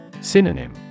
Synonym